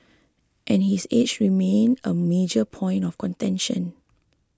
and his age remain a major point of contention